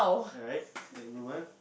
alright late bloomer